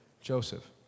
Joseph